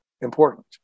important